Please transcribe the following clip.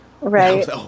Right